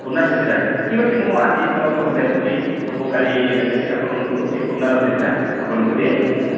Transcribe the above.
ପୁରୁଣା କେତେଟା ଠିକ୍ ଅଛି ମୁଁ ଆଜି ତ ସବୁ ଦେଖୁଛି ସବୁ କାଢ଼ି ଦେଖୁଛି ଆପଣଙ୍କର ପୁରୁଣା ରସିଦଟା ଆପଣଙ୍କୁ ଦିଆହେଇଯିବ ହେଲା